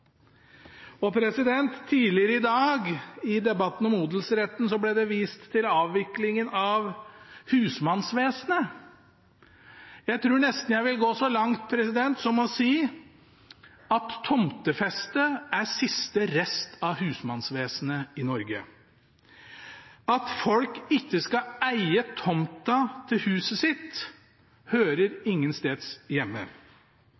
Tidligere i dag, i debatten om odelsretten, ble det vist til avviklingen av husmannsvesenet. Jeg tror nesten jeg vil gå så langt som å si at tomtefeste er siste rest av husmannsvesenet i Norge. At folk ikke skal eie tomta til huset sitt, hører ingensteds hjemme.